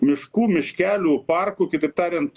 miškų miškelių parkų kitaip tariant